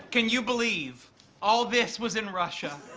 can you believe all this was in russia?